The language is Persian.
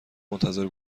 منتظر